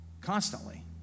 constantly